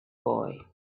boy